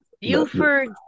Buford